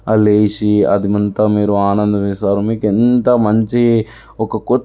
లేచి అదంతా మీరు ఆనందమిస్తారు మీకు ఎంత మంచి ఒక